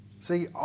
See